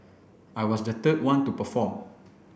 I was the third one to perform